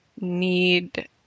need